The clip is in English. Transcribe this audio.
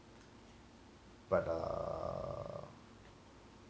but uh